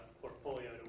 portfolio